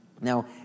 Now